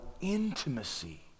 intimacy